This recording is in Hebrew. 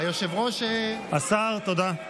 היושב-ראש, השר, תודה.